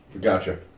Gotcha